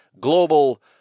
global